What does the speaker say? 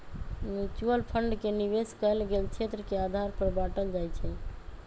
mutual fund के निवेश कएल गेल क्षेत्र के आधार पर बाटल जाइ छइ